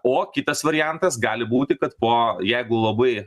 o kitas variantas gali būti kad po jeigu labai